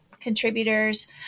contributors